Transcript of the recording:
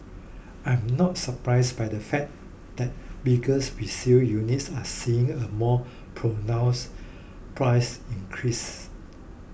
I am not surprised by the fact that bigger resale units are seeing a more pronounced price increase